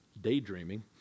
daydreaming